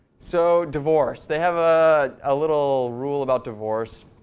so divorce. they have a little rule about divorce.